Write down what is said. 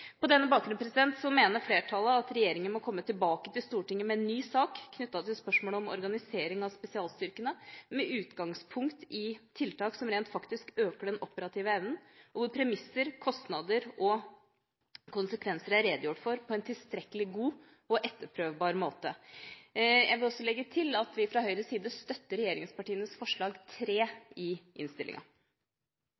På denne bakgrunnen mener flertallet at regjeringa må komme tilbake til Stortinget med en ny sak knyttet til spørsmålet om organisering av spesialstyrkene, med utgangspunkt i tiltak som rent faktisk øker den operative evnen, og hvor premisser, kostnader og konsekvenser er redegjort for på en tilstrekkelig god og etterprøvbar måte. Jeg vil også legge til at vi fra Høyres side støtter regjeringspartienes forslag